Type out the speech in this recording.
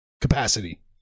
capacity